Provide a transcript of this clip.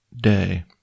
day